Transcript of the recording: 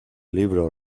libro